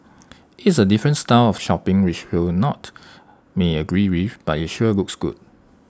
is A different style of shopping which we'll not may agree with but IT sure looks good